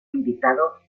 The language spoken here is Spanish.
invitado